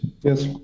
Yes